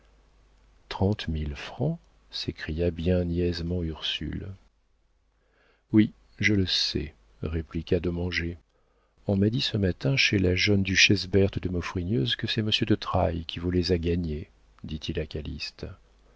mille francs s'écria niaisement ursule oui je le sais répliqua dommanget on m'a dit ce matin chez la jeune duchesse berthe de maufrigneuse que c'est monsieur de trailles qui vous les a gagnés dit-il à